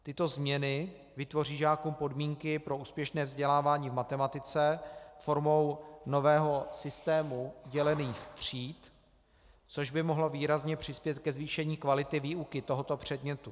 Tyto změny vytvoří žákům podmínky pro úspěšné vzdělávání v matematice formou nového systému dělených tříd, což by mohlo výrazně přispět ke zvýšení kvality výuky tohoto předmětu.